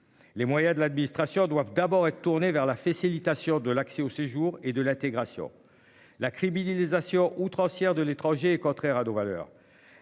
Les moyens de l'administration doivent d'abord être tourné vers la facilitation de l'accès au séjour et de l'intégration. La criminalisation outrancière de l'étranger contraire à nos valeurs.